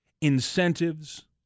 incentives